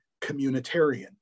communitarian